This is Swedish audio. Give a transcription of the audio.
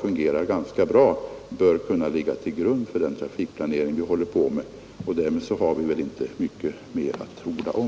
fungerar ganska bra i dag — bör kunna ligga till grund för den trafikplanering vi håller på med, och därmed har vi väl inte mycket mer att orda om.